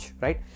right